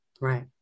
Right